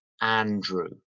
Andrew